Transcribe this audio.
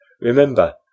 Remember